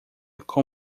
com